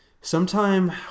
sometime